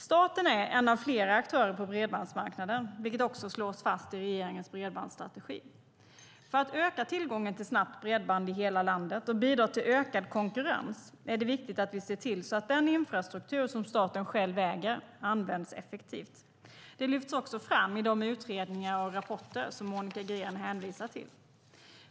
Staten är en av flera aktörer på bredbandsmarknaden, vilket också slås fast i regeringens bredbandsstrategi. För att öka tillgången till snabbt bredband i hela landet och bidra till ökad konkurrens är det viktigt att vi ser till att den infrastruktur som staten själv äger används effektivt. Det lyfts också fram i de utredningar och rapporter som Monica Green hänvisar till.